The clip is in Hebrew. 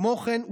כמו כן,